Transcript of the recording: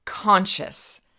conscious